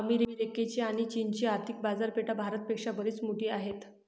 अमेरिकेची आणी चीनची आर्थिक बाजारपेठा भारत पेक्षा बरीच मोठी आहेत